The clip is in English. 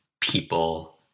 people